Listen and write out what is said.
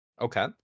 Okay